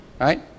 Right